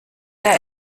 der